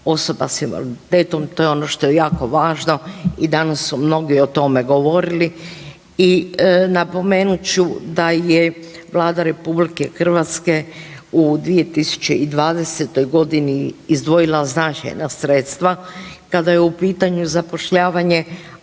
osoba s invaliditetom, to je ono što je jako važno i danas su mnogi o tome govorili i napomenuti ću da je Vlada RH u 2020. godini izdvojila značajna sredstva kada je u pitanju zapošljavanje